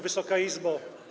Wysoka Izbo!